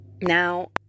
Now